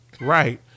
Right